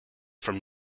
from